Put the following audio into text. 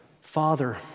Father